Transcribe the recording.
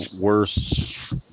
worse